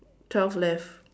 twelve left